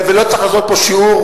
ולא צריך לעשות פה שיעור,